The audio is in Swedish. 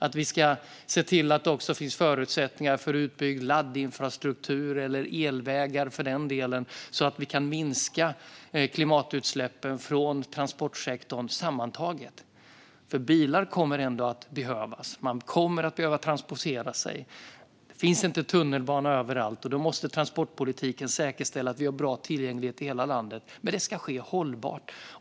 Det ska finnas förutsättningar för utbyggd laddinfrastruktur eller elvägar, så att vi kan minska klimatutsläppen från transportsektorn sammantaget. Bilar kommer ändå att behövas. Man kommer att behöva transportera sig, och det finns inte tunnelbana överallt. Då måste transportpolitiken säkerställa att det finns bra tillgänglighet i hela landet, men det ska ske hållbart.